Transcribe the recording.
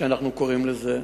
כמו שאנחנו קוראים לזה.